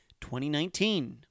2019